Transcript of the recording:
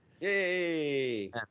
Yay